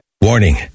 Warning